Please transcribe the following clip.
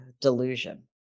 delusion